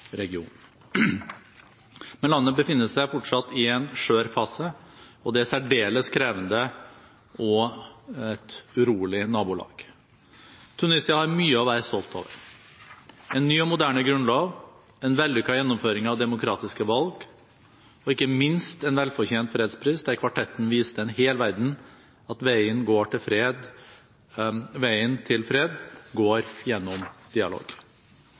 regionen. Men landet befinner seg fortsatt i en skjør fase, og det i et særdeles krevende og urolig nabolag. Tunisia har mye å være stolt over: en ny og moderne grunnlov, en vellykket gjennomføring av demokratiske valg og ikke minst en velfortjent fredspris, der kvartetten viste en hel verden at veien til fred går gjennom